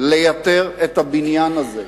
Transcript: לייתר את הבניין הזה.